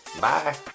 Bye